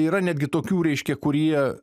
yra netgi tokių reiškia kurie